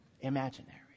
Imaginary